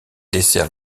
dessert